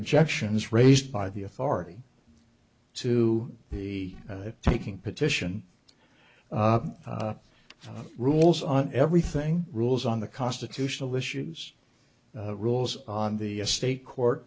objections raised by the authority to be taking petition for rules on everything rules on the constitutional issues the rules on the state court